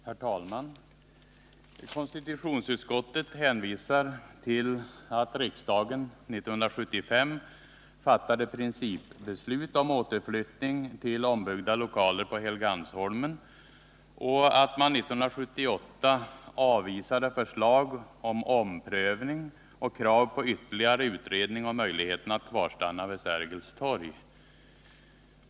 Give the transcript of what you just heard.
Herr talman! Konstitutionsutskottet hänvisar till att riksdagen 1975 fattade principbeslut om återflyttning till ombyggda lokaler på Helgandsholmen och att man 1978 avvisade förslag om omprövning och krav på ytterligare utredning av möjligheterna att kvarstanna vid Sergels torg.